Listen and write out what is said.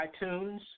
iTunes